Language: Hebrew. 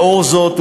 לאור זאת,